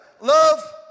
love